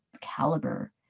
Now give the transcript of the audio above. caliber